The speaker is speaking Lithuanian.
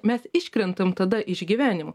mes iškrentam tada iš gyvenimo